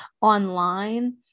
online